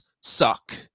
suck